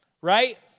right